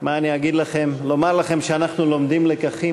מה אני אגיד לכם, לומר לכם שאנחנו לומדים לקחים?